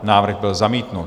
Návrh byl zamítnut.